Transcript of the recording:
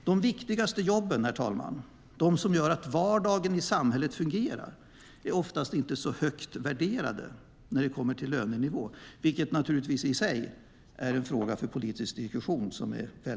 De viktigaste jobben, herr talman, de som gör att vardagen i samhället fungerar är oftast inte så högt värderade när det kommer till lönenivå, vilket naturligtvis är väldigt märkligt och i sig är en fråga för politisk diskussion.